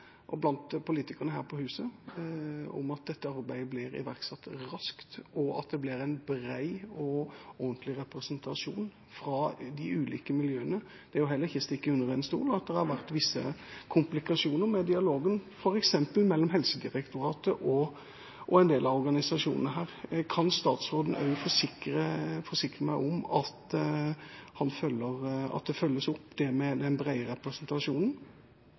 politikerne her på huset om at dette arbeidet blir iverksatt raskt, og at det blir en bred og ordentlig representasjon fra de ulike miljøene. Det er heller ikke til å stikke under stol at det har vært visse komplikasjoner med dialogen, f.eks. mellom Helsedirektoratet og en del av organisasjonene her. Kan statsråden også forsikre meg om at det følges opp, det med den brede representasjonen?